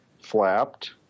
flapped